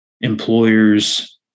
employers